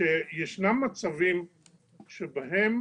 שישנם מצבים שבהם